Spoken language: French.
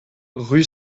rue